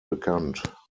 bekannt